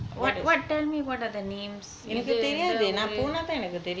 what what tell me what are the names இது எந்த ஊரு:ithu entha ooru